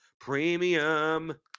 Premium